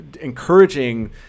encouraging